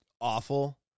awful